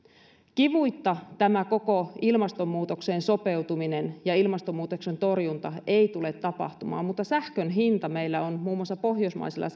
kivuitta tämä koko ilmastonmuutokseen sopeutuminen ja ilmastonmuutoksen torjunta ei tule tapahtumaan mutta sähkön hinta meillä on muun muassa pohjoismaisilla